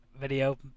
video